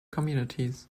communities